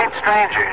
strangers